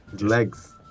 Legs